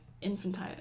infantile